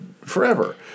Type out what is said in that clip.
forever